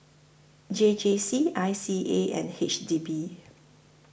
J J C I C A and H D B